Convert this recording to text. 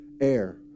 Air